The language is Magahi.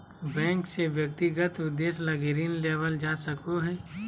बैंक से व्यक्तिगत उद्देश्य लगी ऋण लेवल जा सको हइ